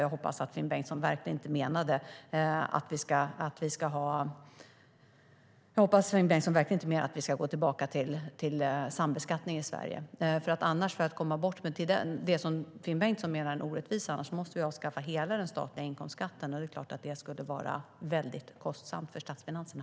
Jag hoppas att Finn Bengtsson verkligen inte menade att vi ska gå tillbaka till sambeskattning i Sverige. För att komma bort från det som Finn Bengtsson menar är en orättvisa måste vi annars avskaffa hela den statliga inkomstskatten. Det skulle vara väldigt kostsamt för statsfinanserna.